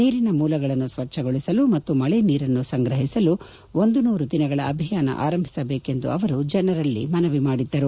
ನೀರಿನ ಮೂಲಗಳನ್ನು ಸ್ವಚ್ಚಗೊಳಿಸಲು ಮತ್ತು ಮಳೆ ನೀರನ್ನು ಸಂಗ್ರಹಿಸಲು ನೂರು ದಿನಗಳ ಅಭಿಯಾನ ಆರಂಭಿಸಬೇಕೆಂದು ಅವರು ಜನರಲ್ಲಿ ಮನವಿ ಮಾಡಿದ್ದರು